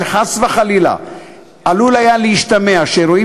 שחס וחלילה עלול היה להשתמע שאירועים